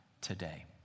today